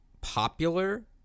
popular